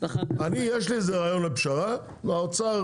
יש לי רעיון לפשרה, והאוצר